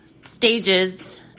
stages